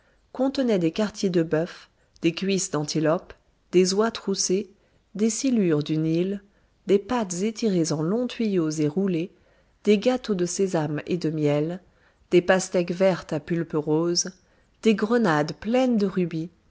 contenaient des quartiers de bœuf des cuisses d'antilope des oies troussées des silures du nil des pâtes étirées en longs tuyaux et roulées des gâteaux de sésame et de miel des pastèques vertes à pulpe rose des grenades pleines de rubis